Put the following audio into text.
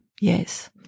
Yes